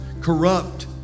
corrupt